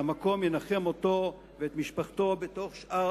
שהמקום ינחם אותו ואת משפחתו בתוך שאר